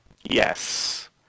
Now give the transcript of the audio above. Yes